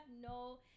no